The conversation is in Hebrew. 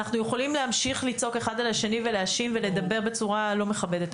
אנחנו יכולים להמשיך לצעוק אחד על השני ולהאשים ולדבר בצורה לא מכבדת.